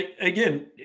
again